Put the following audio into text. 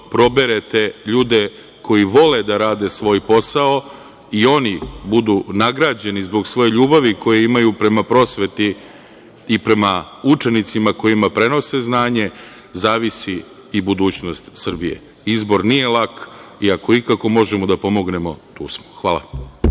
proberete ljude koji vole da rade svoj posao i oni budu nagrađeni zbog svoje ljubavi koju imaju prema prosveti i prema učenicima kojima prenose znanje, zavisi i budućnost Srbije. Izbor nije lak. Iako ikako možemo da pomognemo tu smo. Hvala.